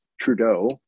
Trudeau